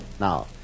Now